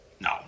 No